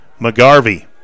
McGarvey